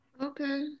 Okay